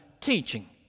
teaching